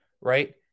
right